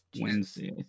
Wednesday